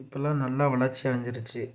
இப்போலாம் நல்லா வளர்ச்சி அடைஞ்சிருச்சி